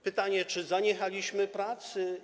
Pytanie, czy zaniechaliśmy prac.